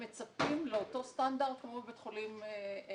הם מצפים לאותו סטנדרט כמו בבית חולים ממשלתי.